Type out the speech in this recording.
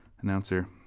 Announcer